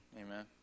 Amen